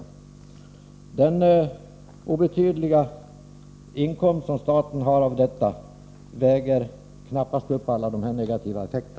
Den obetydliga inkomst som staten har av denna skatt väger knappast upp alla dessa negativa effekter.